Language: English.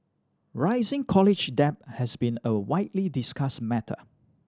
rising college debt has been a widely discussed matter